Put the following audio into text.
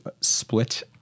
split